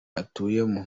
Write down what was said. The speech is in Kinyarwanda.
atuyemo